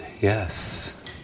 Yes